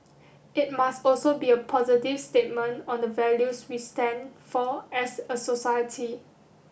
it must also be a positive statement on the values we stand for as a society